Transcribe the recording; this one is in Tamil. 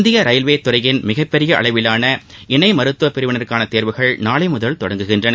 இந்திய ரயில்வே துறையின் மிகப்பெரிய அளவிலான இணை மருத்துவப் பிரிவினருக்கான தேர்வுகள் நாளை முதல் தொடங்குகின்றன